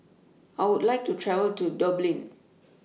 I Would like to travel to Dublin